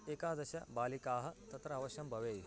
एकादश बालिकाः तत्र अवश्यं भवेयुः